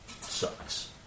sucks